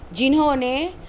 جنہوں نے